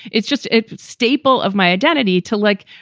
it's just a staple of my identity to, like,